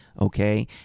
okay